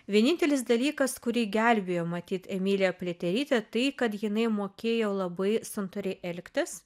vienintelis dalykas kurį gelbėjo matyt emilija pliaterytė tai kad jinai mokėjo labai santūriai elgtis